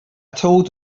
told